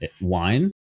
Wine